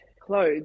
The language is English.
clothes